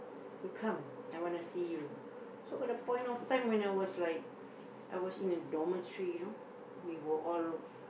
you come I wanna see you so at the point of time when I was like I was in a dormitory you know we were all